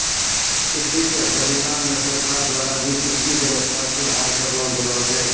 कृषि सहकारिता मे सरकार द्वारा भी कृषि वेवस्था सुधार करलो गेलो छै